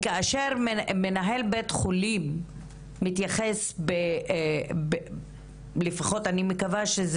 כאשר מנהל בית חולים מתייחס בזלזול לעניין של מטופלת שנכנסה